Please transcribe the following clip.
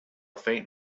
faint